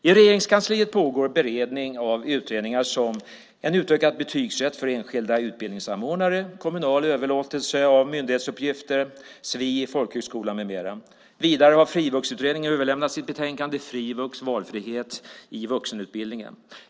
I Regeringskansliet pågår beredning av utredningar om en utökad betygsrätt för enskilda utbildningsanordnare, kommunal överlåtelse av myndighetsuppgifter, sfi i folkhögskolan med mera. Vidare har Frivuxutredningen överlämnat sitt betänkande Frivux - valfrihet i vuxenutbildningen .